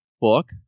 book